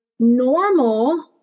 normal